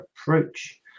Approach